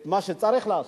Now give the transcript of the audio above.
את מה שצריך לעשות.